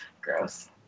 gross